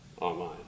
online